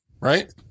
right